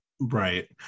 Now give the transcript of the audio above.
Right